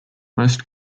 most